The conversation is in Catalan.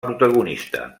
protagonista